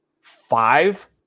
Five